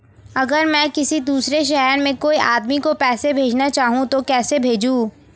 अगर मैं किसी दूसरे शहर में कोई आदमी को पैसे भेजना चाहूँ तो कैसे भेजूँ?